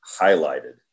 highlighted